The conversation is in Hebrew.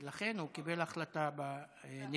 ולכן הוא קיבל החלטה בנדון.